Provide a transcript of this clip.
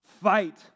fight